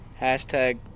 Hashtag